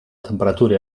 temperatura